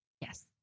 Yes